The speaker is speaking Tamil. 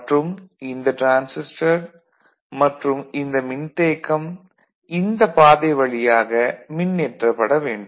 மற்றும் இந்த டிரான்சிஸ்டர் மற்றும் இந்த மின்தேக்கம் இந்த பாதை வழியாக மின்னேற்றப்பட வேண்டும்